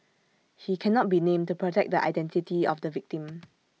he cannot be named to protect the identity of the victim